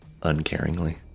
uncaringly